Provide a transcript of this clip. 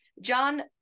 John